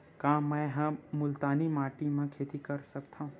का मै ह मुल्तानी माटी म खेती कर सकथव?